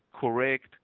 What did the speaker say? correct